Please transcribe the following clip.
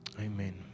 Amen